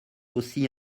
aussi